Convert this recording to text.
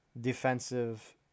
defensive